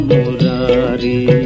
Murari